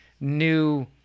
new